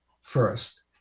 first